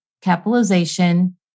capitalization